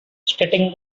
stating